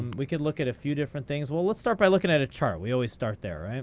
we could look at a few different things. well, let's start by looking at a chart. we always start there, and